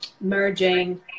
merging